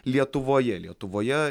lietuvoje lietuvoje